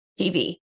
TV